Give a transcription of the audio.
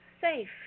safe